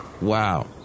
Wow